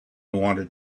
wanted